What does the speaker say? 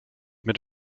mit